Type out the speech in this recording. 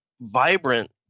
vibrant